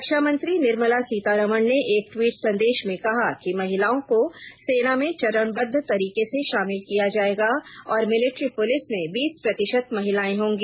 रक्षा मंत्री निर्मला सीतारमण ने एक ट्वीट संदेश में कहा कि महिलाओं को सेना में चरणबद्व तरीके से शामिल किया जाएगा और मिलिट्री पुलिस में बीस प्रतिशत महिलाएं होंगी